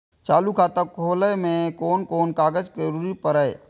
चालु खाता खोलय में कोन कोन कागज के जरूरी परैय?